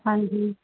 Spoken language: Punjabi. ਹਾਂਜੀ